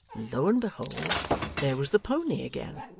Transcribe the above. lo and behold there was the pony again!